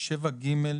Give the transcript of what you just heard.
7ג,